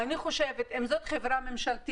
אלא אני חושבת שאם זו חברה ממשלתית,